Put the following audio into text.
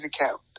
account